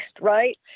right